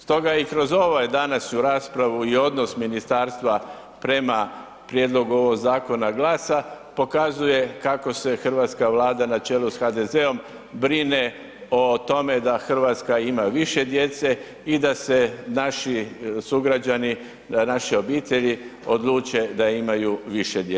Stoga i kroz ovu današnju raspravu i odnos ministarstva prema prijedlogu ovog zakona GLAS-a pokazuje kako se hrvatska Vlada na čelu s HDZ-om brine o tome da RH ima više djece i da se naši sugrađani, da naše obitelji odluče da imaju više djece.